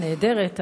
נהדרת,